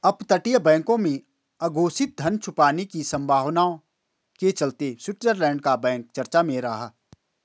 अपतटीय बैंकों में अघोषित धन छुपाने की संभावना के चलते स्विट्जरलैंड का बैंक चर्चा में रहा